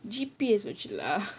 G_P_S வச்சி:vachi lah